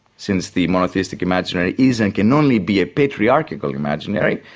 since the monotheistic imaginary is and can only be a patriarchical imaginary,